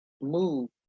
move